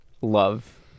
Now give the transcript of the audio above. love